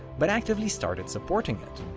but actively started supporting it,